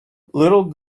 little